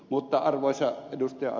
mutta arvoisa ed